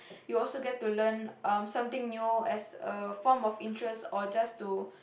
you will also get to learn something new as a form of interest or just to